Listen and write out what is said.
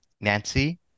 Nancy